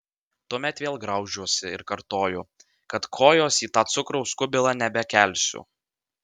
tuomet vėl graužiuosi ir kartoju kad kojos į tą cukraus kubilą nebekelsiu